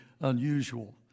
unusual